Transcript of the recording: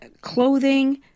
clothing